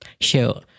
Sure